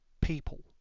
people